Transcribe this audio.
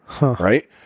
right